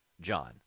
John